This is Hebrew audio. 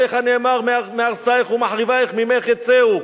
עליך נאמר: "מהרסיך ומחריביך ממך יצאו".